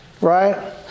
Right